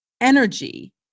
energy